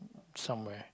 somewhere